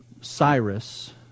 Cyrus